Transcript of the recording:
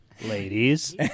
Ladies